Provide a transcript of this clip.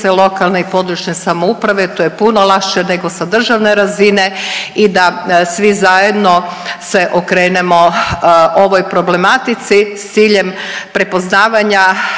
lokalne i područne samouprave, to je puno lakše nego sa državne razine i da svi zajedno se okrenemo ovoj problematici s ciljem prepoznavanja